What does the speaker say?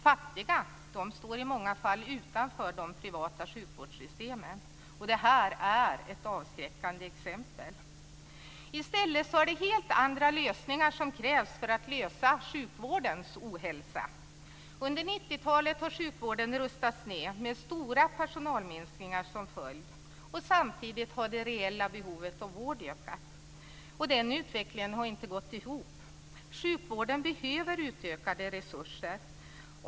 Fattiga står i många fall utanför de privata sjukvårdssystemen. Det här är ett avskräckande exempel. I stället är det helt andra lösningar som krävs för att komma till rätta med sjukvårdens ohälsa. Under 90-talet har sjukvården rustats ned med stora personalminskningar som följd. Samtidigt har det reella behovet av vård ökat. Den utvecklingen har inte gått ihop. Sjukvården behöver utökade resurser.